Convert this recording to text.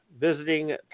visiting